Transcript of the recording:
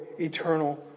eternal